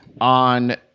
On